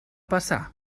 passar